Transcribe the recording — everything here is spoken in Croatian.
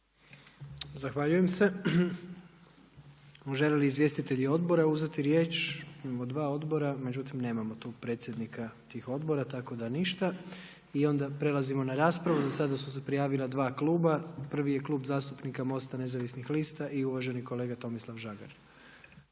Zahvaljujem se. Žele li izvjestitelji odbora uzeti riječ? Imamo dva odbora, međutim nemamo tu predsjednika tih odbora, tako da ništa. I onda prelazimo na raspravu. Za sada su se prijavila dva kluba. Prvi je Klub zastupnika MOST-a Nezavisnih lista i uvaženi kolega Tomislav Žagar.